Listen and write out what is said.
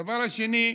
הדבר השני: